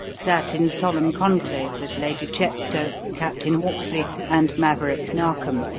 sat in solemn conclave with lady chepstow, captain hawksley, and maverick narkom